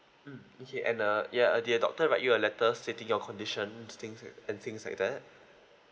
mm okay and uh ya did the doctor write you a letter stating your conditions things and things like that